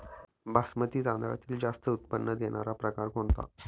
बासमती तांदळातील जास्त उत्पन्न देणारा प्रकार कोणता?